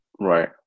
Right